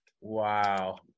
wow